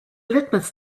litmus